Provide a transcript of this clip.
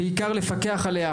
ובעיקר לפקח עליה,